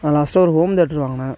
நான் லாஸ்ட்டாக ஒரு ஹோம்தேட்ரு வாங்கினேன்